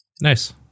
Nice